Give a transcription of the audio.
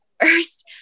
first